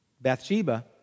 Bathsheba